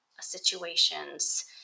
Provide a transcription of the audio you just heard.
situations